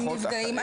הם נפגעים.